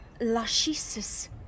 Lachesis